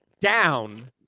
down